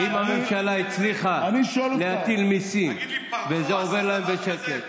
אם הממשלה הצליחה להטיל מיסים וזה עובר להם בשקט,